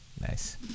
Nice